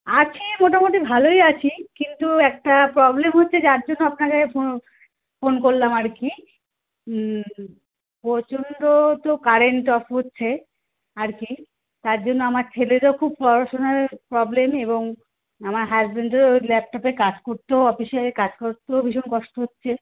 আছি মোটামুটি ভালোই আছি কিন্তু একটা প্রব্লেম হচ্ছে যার জন্য আপনাকে ফো ফোন করলাম আর কি প্রচণ্ড তো কারেন্ট অফ হচ্ছে আর কি তার জন্য আমার ছেলেরও খুব পড়াশোনার প্রব্লেম এবং আমার হাসবেন্ডেরও ওর ল্যাপটপে কাজ করতেও অফিসের কাজ করতেও ভীষণ কষ্ট হচ্ছে